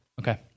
Okay